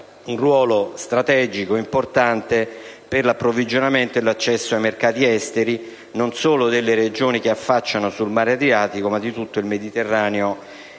un ruolo strategico, importante per l'approvvigionamento e l'accesso ai mercati esteri non solo delle regioni che affacciano al mare Adriatico ma di tutto il Mediterraneo